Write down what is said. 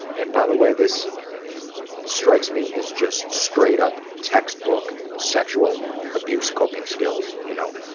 and by the way, this strikes me as just straight up, text-book sexual abuse coping skills, you know.